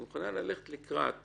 היא מוכנה ללכת לקראת